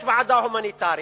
יש ועדה הומניטרית,